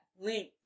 link